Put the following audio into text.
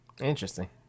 Interesting